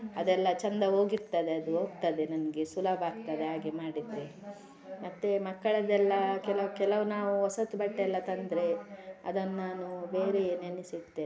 ಅದೆಲ್ಲ ಚೆಂದ ಹೋಗಿರ್ತದೆ ಅದು ಹೋಗ್ತದೆ ನನ್ಗೆ ಸುಲಭ ಆಗ್ತದೆ ಹಾಗೆ ಮಾಡಿದರೆ ಮತ್ತೆ ಮಕ್ಕಳದ್ದೆಲ್ಲ ಕೆಲವು ಕೆಲವು ನಾವು ಹೊಸತ್ ಬಟ್ಟೆ ಎಲ್ಲ ತಂದರೆ ಅದನ್ನು ನಾನು ಬೇರೆಯೇ ನೆನೆಸಿಡ್ತೇನೆ